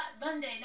Monday